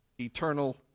eternal